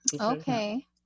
Okay